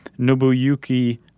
Nobuyuki